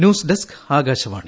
news desk Akashvani